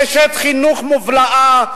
אשת חינוך מופלאה,